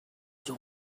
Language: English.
jon